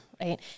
right